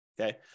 okay